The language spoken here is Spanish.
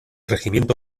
regimiento